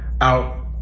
out